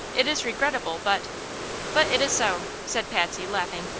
it is regrettable, but but it is so! said patsy, laughing.